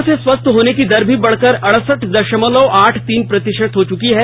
corona से स्वस्थ होने की दर भी बढ़कर अड़सठ दसमलव आठ तीन प्रतिशत हो चुकी है